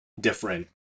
different